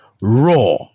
raw